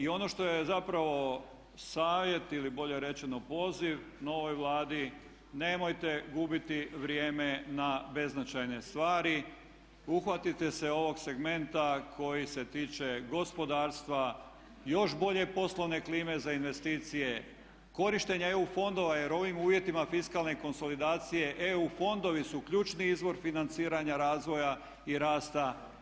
Ono što je zapravo savjet ili bolje rečeno poziv novoj Vladi nemojte gubiti vrijeme na beznačajne stvari, uhvatite se ovog segmenta koji se tiče gospodarstva, još bolje poslovne klime za investicije, korištenja EU fondova jer u ovim uvjetima fiskalne konsolidacije EU fondovi su ključni izvor financiranja razvoja i rasta.